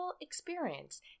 experience